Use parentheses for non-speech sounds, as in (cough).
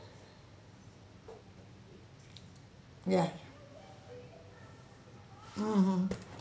(breath) ya mmhmm